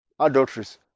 Adulteries